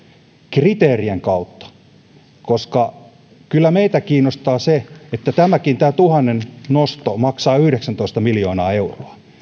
kriteerien kautta kyllä meitä kiinnostaa se että kun tämäkin tuhannen nosto maksaa yhdeksäntoista miljoonaa euroa niin